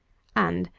and,